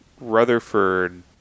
Rutherford